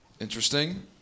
Interesting